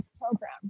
program